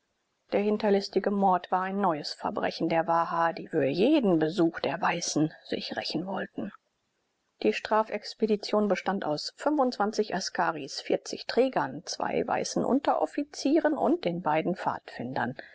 der hinterlistige mord war ein neues verbrechen der waha die für jenen besuch der weißen sich rächen wollten die strafexpedition bestand aus askaris trägern zwei weißen unteroffizieren und den beiden pfadfindern